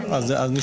טוב, אז נשמע.